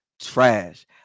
trash